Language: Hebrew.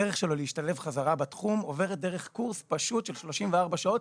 הדרך שלו להשתלב חזרה בתחום עוברת דרך קורס פשוט של 34 שעות